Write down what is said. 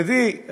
שתדעי,